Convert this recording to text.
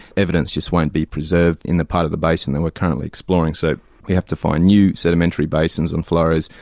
evidence just won't be preserved in the part of the basin that we're currently exploring. so we have to find new sedimentary basins in flores,